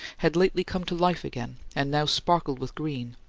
had lately come to life again and now sparkled with green,